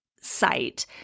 site